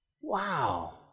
Wow